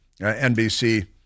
NBC